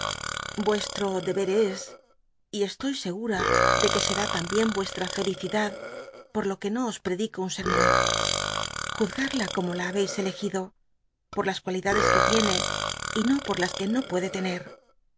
vuestro deber es y estoy segura de que sení tambicn ucstr a felicidad por jo que no os predico un scrmon juzga da como la habcis elegido por las cualidades que tiene y no por las que no puede tener